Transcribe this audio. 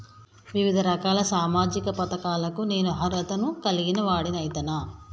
వివిధ రకాల సామాజిక పథకాలకు నేను అర్హత ను కలిగిన వాడిని అయితనా?